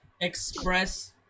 express